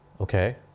Okay